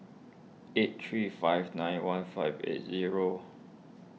eight three five nine one five eight zero